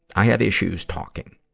i have issues talking.